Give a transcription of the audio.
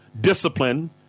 discipline